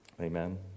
Amen